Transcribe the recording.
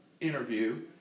interview